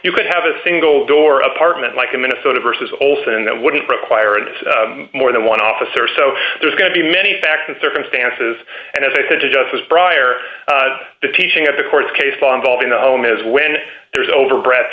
you could have a single door apartment like in minnesota versus olson that wouldn't require that more than one officer so there's going to be many facts and circumstances and as i said to justice brier the teaching of the court case on valving the home is when there's over breath